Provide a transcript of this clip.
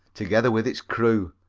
together with its crew,